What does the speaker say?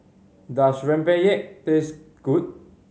does rempeyek taste good